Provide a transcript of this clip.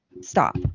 stop